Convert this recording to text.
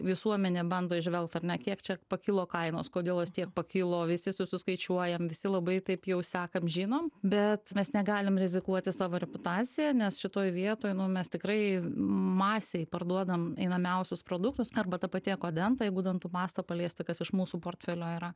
visuomenė bando įžvelgt ar ne kiek čia pakilo kainos kodėl jos tiek pakilo visi su suskaičiuojam visi labai taip jau sekam žinom bet mes negalim rizikuoti savo reputacija nes šitoj vietoj nu mes tikrai masei parduodam einamiausius produktus arba ta pati ekodenta jeigu dantų pastą paliesti kas iš mūsų portfelio yra